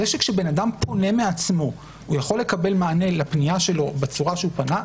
זה שכשבן אדם פונה מעצמו הוא יכול לקבל מענה לפנייה שלו בצורה שהוא פנה,